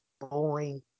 boring